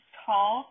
tall